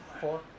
Four